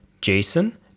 Jason